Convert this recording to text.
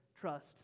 trust